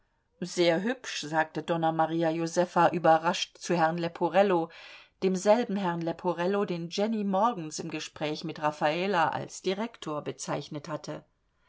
sehr hübsch sagte donna maria josefa überrascht zu herrn leporello demselben herrn leporello den jenny morgens im gespräch mit raffala als direktor bezeichnet hatte